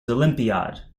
olympiad